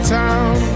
town